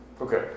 Okay